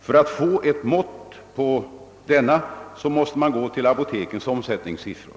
För att få ett mått på denna måste man känna till apotekens omsättningssiffror.